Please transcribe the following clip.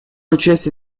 участие